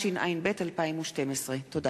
התשע"ב 2012 מאת חבר הכנסת דוד אזולאי וקבוצת חברי הכנסת.